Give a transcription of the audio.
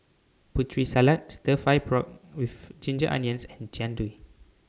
Putri Salad Stir Fry Pork with Ginger Onions and Jian Dui